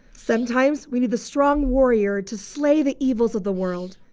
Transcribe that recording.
sometimes we need the strong warrior to slay the evils of the world.